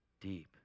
deep